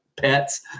pets